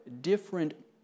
different